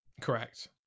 Correct